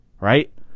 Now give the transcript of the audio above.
right